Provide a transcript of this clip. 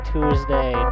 Tuesday